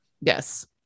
yes